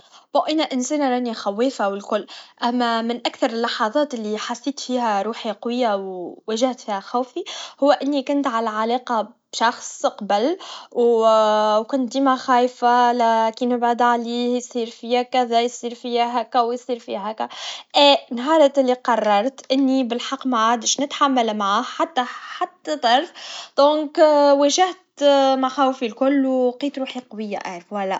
جيد أنا إنسانا راني خوافا والكل, أما من أكثر اللحظات اللي حسيت فيها روحي قويا, و واهت فيها خخوفي, هوا إني كنت على علاقا بشخص قبل, و كنت ديما خايفا, كي لا نبعد عليه, يصير فيا كذا, يصير فيا هكا, ويصير في هكا, أء- نهارت اللي قررت إني بالحق معادش نتحمل معاه, حتى- حتى طرت, لذلك واجهت مخاوفي الكل, ولقيت روحي قويا.